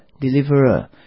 deliverer